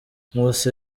nkusi